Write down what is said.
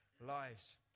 lives